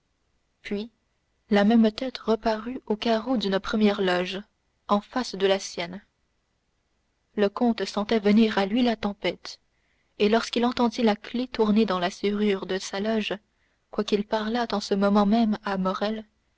puis la même tête reparut aux carreaux d'une première loge en face de la sienne le comte sentait venir à lui la tempête et lorsqu'il entendit la clef tourner dans la serrure de sa loge quoiqu'il parlât en ce moment même à